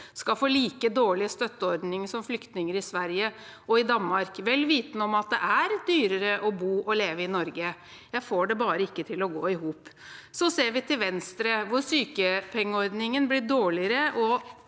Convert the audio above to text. skal få like dårlige støtteordninger som flyktninger i Sverige og i Danmark, vel vitende om at det er dyrere å bo og leve i Norge. Jeg får det bare ikke til å gå i hop. Så ser vi til Venstre, hvor sykepengeordningen blir dårligere, og